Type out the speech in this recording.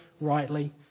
rightly